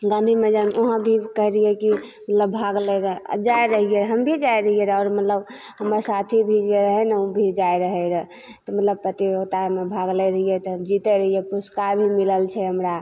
गाँधी मैदान वहाँ भी कहै रहिए कि मतलब भाग लैले आओर जाइ रहिए हम भी जाइ रहिए रहै आओर मतलब हमर साथी भी जे रहै ने ओ भी जाइ रहै रहै तऽ मतलब प्रतियोगितामे भाग लै रहिए तऽ जितै रहिए पुरस्कार भी मिलल छै हमरा